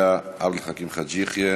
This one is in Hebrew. אחריה, עבד אל חכים חאג' יחיא,